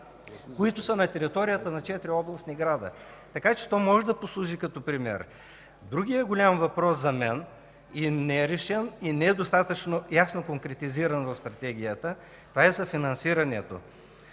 които са на територията на четири областни града. Така че то може да послужи като пример. Другият голям въпрос за мен не е решен, не е достатъчно ясно конкретизиран в Стратегията – за финансирането.